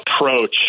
approach